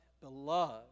beloved